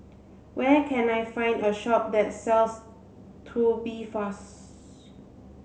where can I find a shop that sells Tubifast